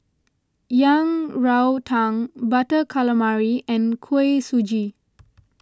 Yang Rou Tang Butter Calamari and Kuih Suji